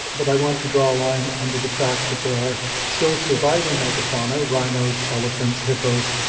but i want to draw a line under the fact that there are still surviving megafauna, rhinos, elephants, hippos,